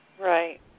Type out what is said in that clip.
Right